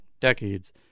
decades